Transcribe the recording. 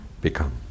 become